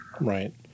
Right